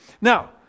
Now